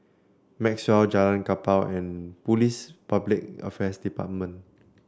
Maxwell Jalan Kapal and Police Public Affairs Department